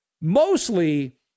Mostly